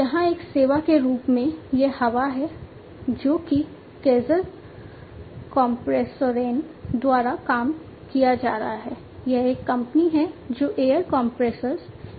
यहां एक सेवा के रूप में यह हवा है जो कि केजर कोम्प्रेसोरेन द्वारा काम किया जा रहा है यह एक कंपनी है जो एयर कंप्रेशर्स के निर्माण में है